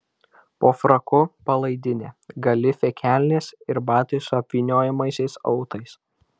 po fraku palaidinė galifė kelnės ir batai su apvyniojamaisiais autais